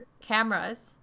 cameras